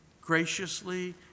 graciously